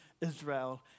Israel